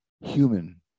human